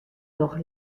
doch